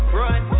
run